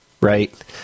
right